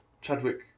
Chadwick